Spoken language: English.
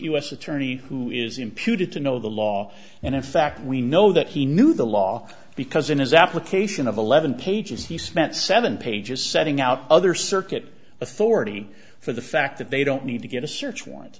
s attorney who is imputed to know the law and in fact we know that he knew the law because in his application of eleven pages he spent seven pages setting out other circuit authority for the fact that they don't need to get a search warrant